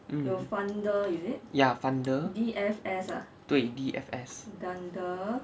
mm ya funder 对 D F S